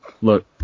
Look